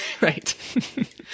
right